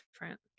different